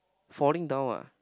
falling down ah